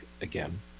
again